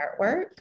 artwork